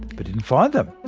but didn't find them.